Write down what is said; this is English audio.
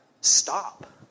stop